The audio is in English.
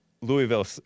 Louisville